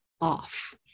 off